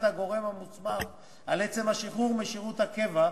הגורם המוסמך על עצם השחרור משירות הקבע,